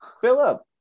Philip